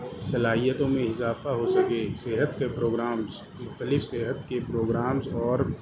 صلاحیتوں میں اضافہ ہو سکے صحت کے پروگرامس مختلف صحت کے پروگرامس اور